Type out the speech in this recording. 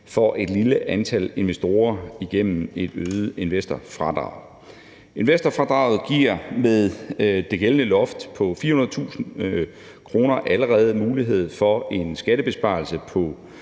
for et lille antal investorer igennem et øget investorfradrag. Investorfradraget giver med det gældende loft på 400.000 kr. allerede mulighed for en skattebesparelse på